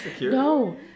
No